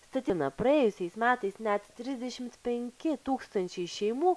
statina praėjusiais metais net trisdešimt penki tūkstančiai šeimų